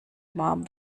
warm